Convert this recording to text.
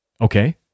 Okay